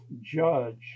judge